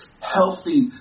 healthy